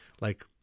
like-